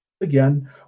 again